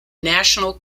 national